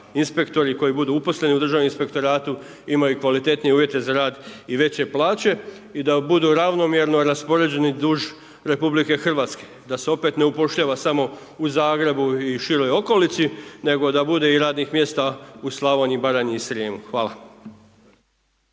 inspektori koji budu uposleni u Državnom inspektoratu, imaju kvalitetnije uvjete za rad i veće plaće i da budu ravnomjerno raspoređeni duž RH, da se opet ne upošljava samo u Zagrebu i široj okolici nego da bude i radnih mjesta u Slavoniji, Baranji i Srijemu. Hvala.